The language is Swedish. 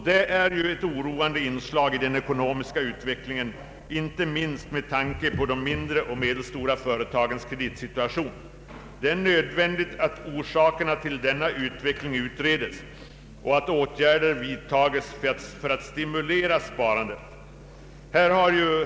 Detta är ett oroande inslag i den ekonomiska utvecklingen, inte minst med tanke på de mindre och medelstora företagens kreditsituation. Det är nödvändigt att orsakerna till denna utveckling utreds och att åtgärder vidtas för att stimulera sparandet. Detta framhålles i reservationen 5.